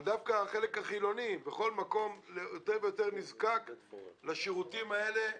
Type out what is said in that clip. אבל דווקא החלק החילוני בכל מקום יותר ויותר נזקק לשירותים האלה,